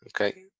Okay